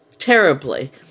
terribly